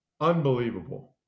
Unbelievable